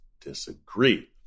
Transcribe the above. disagree